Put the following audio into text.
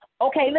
Okay